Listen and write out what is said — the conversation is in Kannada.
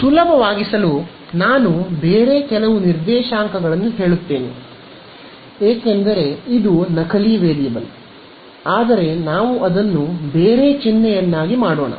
ಸುಲಭವಾಗಿಸಲು ನಾನು ಬೇರೆ ಕೆಲವು ನಿರ್ದೇಶಾಂಕಗಳನ್ನು ಹೇಳುತ್ತೇನೆ ಏಕೆಂದರೆ ಇದು ನಕಲಿ ವೇರಿಯಬಲ್ ಆದರೆ ನಾವು ಅದನ್ನು ಬೇರೆ ಚಿಹ್ನೆಯನ್ನಾಗಿ ಮಾಡೋಣ